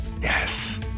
Yes